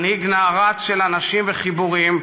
מנהיג נערץ של אנשים וחיבורים,